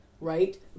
Right